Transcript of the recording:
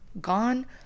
gone